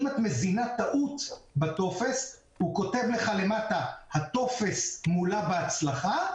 אם מזינים טעות בטופס הוא כותב למטה "הטופס מולא בהצלחה",